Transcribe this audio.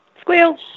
Squeal